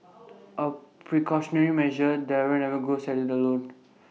A precautionary measure Darren never goes at IT alone